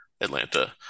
Atlanta